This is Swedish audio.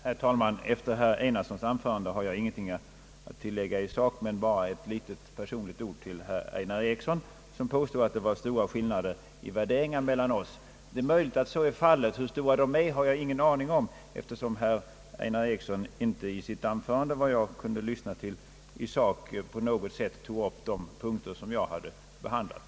Herr talman! Efter herr Enarssons anförande har jag ingenting att tillägga i sak, men vill säga till herr Einar Eriksson, som påstår att det är stor skillnad mellan våra värderingar, att det är möjligt att så är fallet. Hur stor den är har jag ingen aning om, eftersom herr Eriksson inte i sitt anförande, vad jag kunde höra, i sak på något sätt tog upp de punkter som jag hade behandlat.